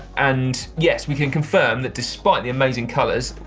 and, yes, we can confirm that despite the amazing colors,